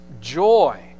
joy